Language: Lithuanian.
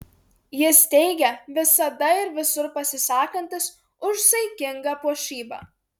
jis teigia visada ir visur pasisakantis už saikingą puošybą